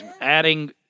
adding